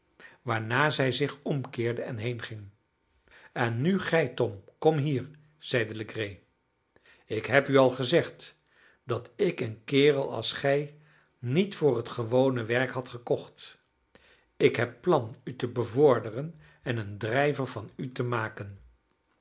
waarna zij zich omkeerde en heenging en nu gij tom kom hier zeide legree ik heb u al gezegd dat ik een kerel als gij niet voor het gewone werk had gekocht ik heb plan u te bevorderen en een drijver van u te maken